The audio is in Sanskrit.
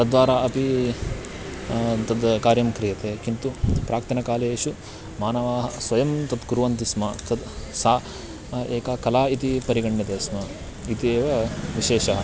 तद्वारा अपि तद् कार्यं क्रियते किन्तु प्राक्तनकालेषु मानवाः स्वयं तत् कुर्वन्ति स्म तत् सा एका कला इति परिगण्यते स्म इति एव विशेषः